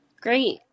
Great